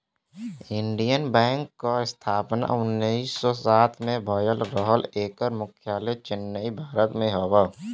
Indian Bank क स्थापना उन्नीस सौ सात में भयल रहल एकर मुख्यालय चेन्नई, भारत में हौ